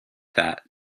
that